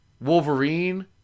wolverine